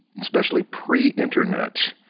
especially pre-nternet,